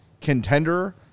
contender